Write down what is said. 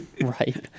Right